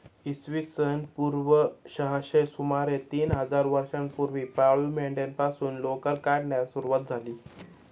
इसवी सन पूर्व सहाशे सुमारे तीन हजार वर्षांपूर्वी पाळीव मेंढ्यांपासून लोकर काढण्यास सुरवात झाली